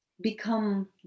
become